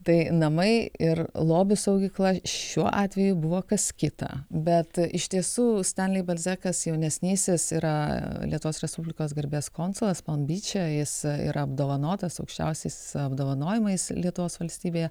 tai namai ir lobių saugykla šiuo atveju buvo kas kita bet iš tiesų stanliai balzekas jaunesnysis yra lietuvos respublikos garbės konsulas pambyče jis yra apdovanotas aukščiausiais apdovanojimais lietuvos valstybėje